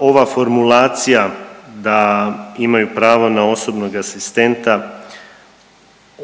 ova formulacija da imaju pravo na osobnog asistenta